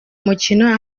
mukino